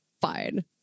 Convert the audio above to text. fine